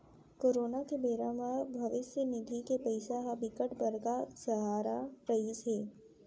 corona के बेरा म भविस्य निधि के पइसा ह बिकट बड़का सहारा रहिस हे